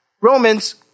Romans